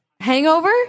Hangover